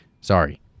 Sorry